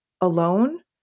alone